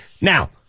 Now